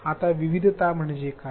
आता विविधता म्हणजे काय